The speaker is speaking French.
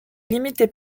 limitait